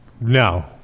No